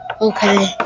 Okay